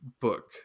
Book